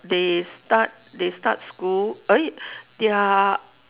they start they start school uh their